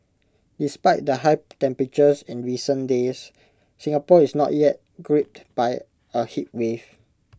despite the high temperatures in recent days Singapore is not yet gripped by A heatwave